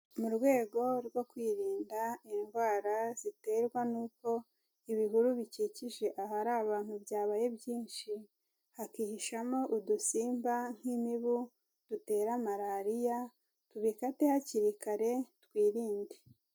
Mu rwego rwo kwirinda indwara ziterwa n'uko ibihuru bikikije ahari abantu byabaye byinshi, hakihishamo udusimba nk'imibu dutera malariya, tubikate hakiri kare twirinde.